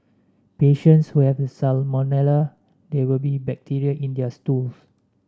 patients who have salmonella there will be bacteria in their stools